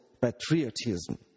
patriotism